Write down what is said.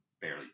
barely